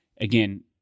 again